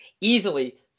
easily